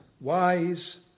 wise